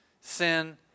sin